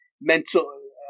mental